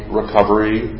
recovery